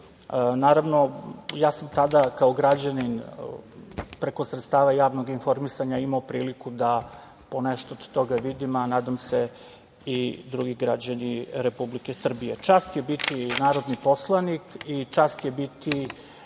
ja sam tada kao građanin preko sredstva javnog informisanja imao priliku da ponešto od toga vidim, a nadam se i drugi građani Republike Srbije. Čast je biti narodni poslanik i čast je biti